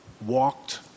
walked